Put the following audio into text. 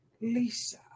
Lisa